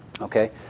Okay